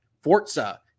Forza